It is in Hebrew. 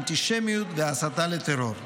אנטישמיות והסתה לטרור.